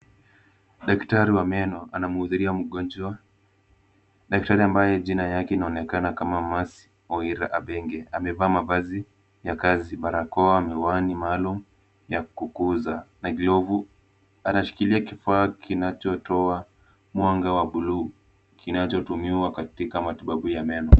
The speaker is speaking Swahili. Daktari wa meno anamhudhuria mgonjwa. Daktari ambaye jina yake inaonekana kama Mercy Oira Abenge. Amevaa mavazi ya kazi, barakoa, miwani maalum ya kukuza na glovu. Anashikilia kifaa kinachotoa mwanga wa buluu, kinachotumiwa katika matibabu ya meno.